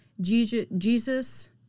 Jesus